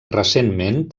recentment